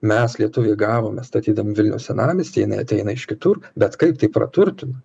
mes lietuviai gavome statydami vilniaus senamiestį jinai ateina iš kitur bet kaip tai praturtina